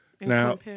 Now